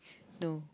no